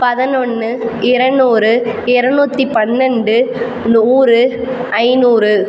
பதினொன்று இருநூறு இருநூத்தி பன்னெண்டு நூறு ஐநூறு